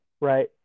right